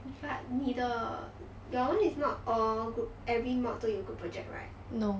but 你的 your [one] is not all group every mod 都有 group project right